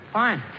fine